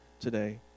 today